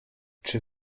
czy